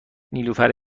نیلوفر